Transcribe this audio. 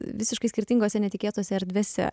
visiškai skirtingose netikėtose erdvėse